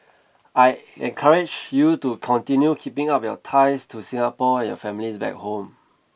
I encourage you to continue keeping up your ties to Singapore and your families back home